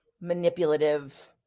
manipulative